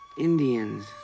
Indians